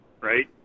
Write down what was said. Right